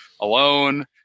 alone